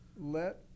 let